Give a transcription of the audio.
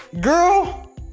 girl